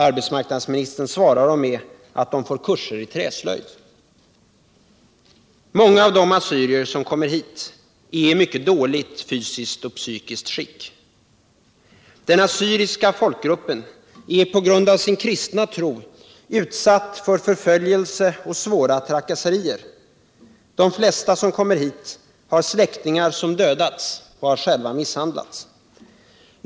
Arbetsmarknadsministern svarar dem att de får kurser i träslöjd. 21 Många av de assyrier som kommer hit är i mycket dåligt fysiskt och psykiskt skick. Den assyriska folkgruppen är på grund av sin kristna tro utsatt för förföljelser och svåra trakasserier. De flesta av dem som kommer hit har släktingar som dödats och har själva misshandlats.